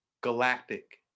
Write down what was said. galactic